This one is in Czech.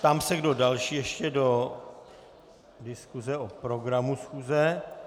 Ptám se, kdo další ještě do diskuse o programu schůze.